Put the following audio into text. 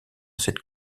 cette